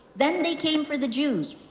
then they came for the jews.